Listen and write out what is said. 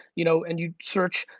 you know and you search,